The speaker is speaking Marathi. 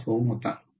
5 Ω होता